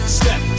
step